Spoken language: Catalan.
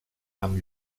amb